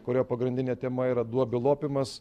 kurio pagrindinė tema yra duobių lopymas